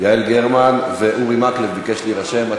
יעל גרמן ואורי מקלב, ביקש להירשם.